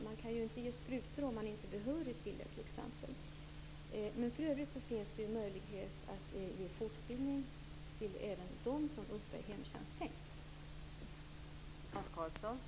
Man kan ju inte ge sprutor om man inte är behörig att göra det t.ex. För övrigt finns det möjlighet att ge fortbildning även till dem som uppbär hemtjänstpeng.